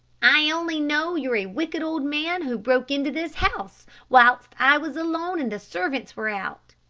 i only know you're a wicked old man who broke into this house whilst i was alone and the servants were out,